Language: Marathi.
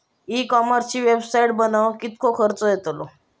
ई कॉमर्सची वेबसाईट बनवक किततो खर्च येतलो?